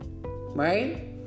right